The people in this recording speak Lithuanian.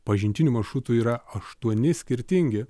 pažintinių maršrutų yra aštuoni skirtingi